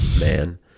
man